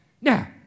Now